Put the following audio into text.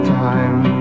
time